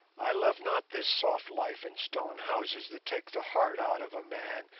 i love not this soft life in stone houses that takes the heart out of a man,